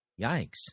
Yikes